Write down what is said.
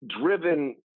driven